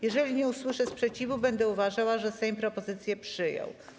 Jeżeli nie usłyszę sprzeciwu, będę uważała, że Sejm propozycje przyjął.